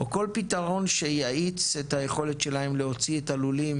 או כל פתרון שיאיץ את היכולת שלהם להוציא את הלולים